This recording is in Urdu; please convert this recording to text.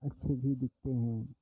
اچھے بھی دکھتے ہیں